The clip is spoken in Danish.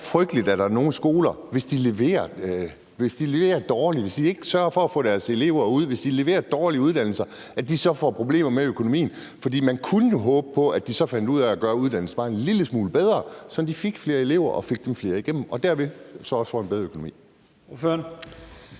for at få deres elever ud, hvis de leverer dårlige uddannelser, så får problemer med økonomien? For man kunne jo håbe på, at de så fandt ud af at gøre uddannelsen bare en lille smule bedre, sådan at de fik flere elever, og at de fik nogle flere igennem, og at de derved så også fik en bedre økonomi.